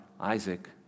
Isaac